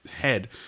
head